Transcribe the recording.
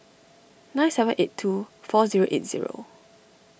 nine seven eight two four zero eight zero